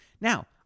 now